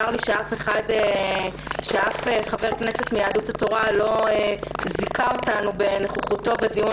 צר לי שאף חבר כנסת מיהדות התורה לא זיכה אותנו בנוכחותו בדיון